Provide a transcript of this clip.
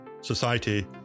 society